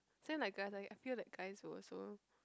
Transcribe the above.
same like guys I I feel like guys will also